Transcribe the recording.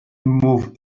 moved